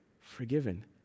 forgiven